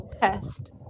pest